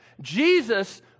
Jesus